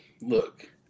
Look